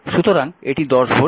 সুতরাং এটি 10 ভোল্ট